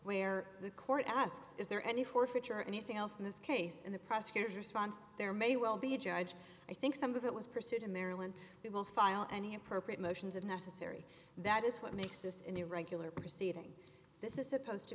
where the court asks is there any forfeiture or anything else in this case and the prosecutor's response there may well be a judge i think some of it was pursued in maryland we will file any appropriate motions of necessary that is what makes this an irregular proceeding this is supposed to